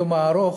היום הארוך,